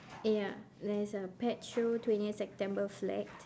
ya there is a pet show twentieth september flag